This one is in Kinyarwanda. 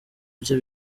bye